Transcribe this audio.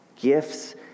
gifts